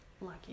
Lucky